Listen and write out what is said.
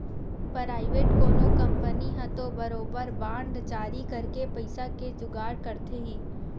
private कोनो company ह तो बरोबर बांड जारी करके पइसा के जुगाड़ करथे ही